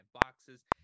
boxes